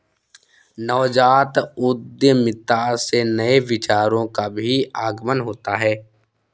नवजात उद्यमिता से नए विचारों का भी आगमन होता है